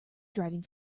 driving